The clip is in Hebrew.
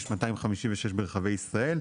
יש 256 ברחבי ישראל.